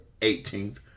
18th